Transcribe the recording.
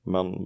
Men